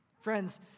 Friends